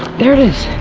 there it is!